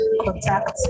contact